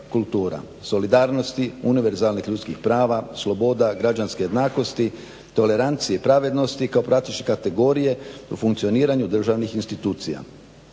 solidarnosti univerzalnih ljudskih prava, sloboda, građanske jednakosti, tolerancije, pravednosti kao praktične kategorije u funkcioniranju državnih institucija.